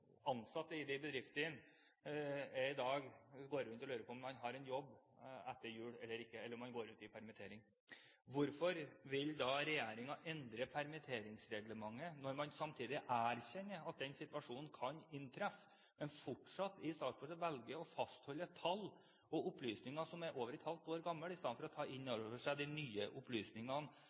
ansatte i de bedriftene i dag går rundt og lurer på om de har en jobb etter jul eller ikke, eller om de går ut i permittering. Hvorfor vil regjeringen endre på permitteringsreglementet når man samtidig erkjenner at den situasjonen kan inntreffe, men i statsbudsjettet fortsatt velger å fastholde tall og opplysninger som er over et halvt år gamle, i stedet for å ta inn over seg de nye opplysningene